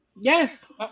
yes